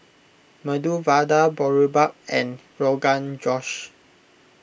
Medu Vada Boribap and Rogan Josh